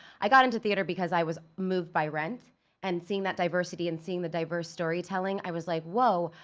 i got into theater because i was moved by rent and seeing that diversity and seeing the diverse storytelling, i was like, whoa,